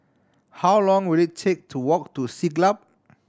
how long will it take to walk to Siglap